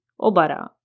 Obara